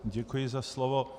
Děkuji za slovo.